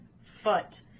foot